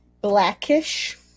blackish